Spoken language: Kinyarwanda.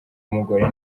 umugore